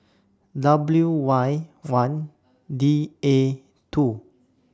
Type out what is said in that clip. W Y one D A two